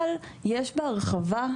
אבל יש בהרחבה,